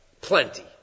plenty